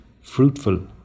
fruitful